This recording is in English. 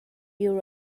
your